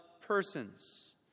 persons